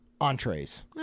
entrees